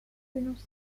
dénoncé